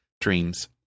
Dreams